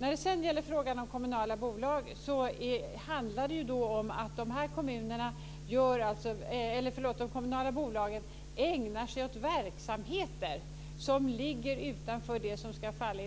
När det gäller kommunala bolag handlar det om att dessa ägnar sig åt verksamheter som ligger utanför